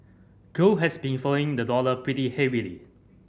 gold has been following the dollar pretty heavily